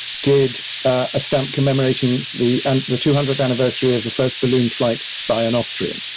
did a stamp commemorating the the two hundredth anniversary of the first balloon flight by an austrian,